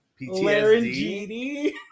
ptsd